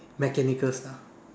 mechanical stuff